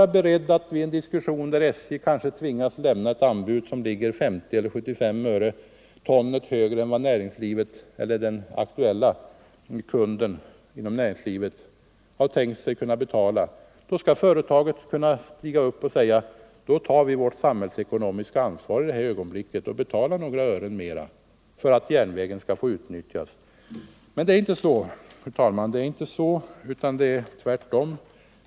Om SJ tvingas lämna ett anbud som ligger 50 eller 75 öre per enhet högre än vad den aktuella kunden inom näringslivet har tänkt sig att betala skall kunden-företaget kunna säga: ”Då tar vi vårt samhällsekonomiska ansvar och betalar några ören mera för att järnvägen skall få utnyttjas.” Så är det inte nu.